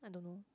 I don't know